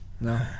No